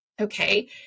Okay